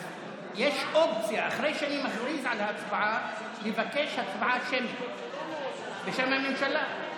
אז יש אופציה אחרי שאני מכריז על הצבעה לבקש הצבעה שמית בשם הממשלה.